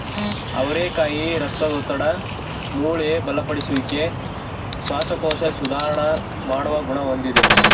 ಅವರೆಕಾಯಿ ರಕ್ತದೊತ್ತಡ, ಮೂಳೆ ಬಲಪಡಿಸುವಿಕೆ, ಶ್ವಾಸಕೋಶ ಸುಧಾರಣ ಮಾಡುವ ಗುಣ ಹೊಂದಿದೆ